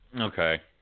Okay